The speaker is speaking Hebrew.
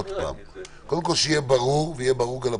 שיהיה ברור ושיהיה ברור גם לפרוטוקול,